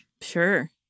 Sure